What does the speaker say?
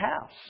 house